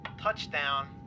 Touchdown